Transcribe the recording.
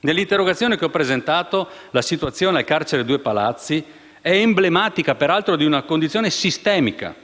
Nell'interrogazione che ho presentato la situazione del carcere «Due Palazzi» è emblematica, peraltro, di una condizione sistemica.